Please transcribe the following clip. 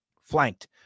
Flanked